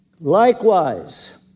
Likewise